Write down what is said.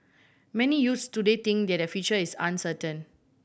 many youths today think that their future is uncertain